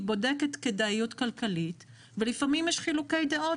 היא בודקת כדאיות כלכלית ולפעמים יש חילוקי דעות.